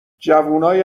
جوونای